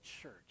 church